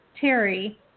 Terry